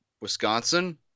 Wisconsin